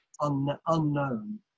unknown